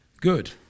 good